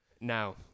Now